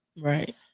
Right